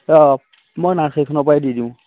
অ মই নাৰ্ছাৰীখনৰ পৰাই দি দিওঁ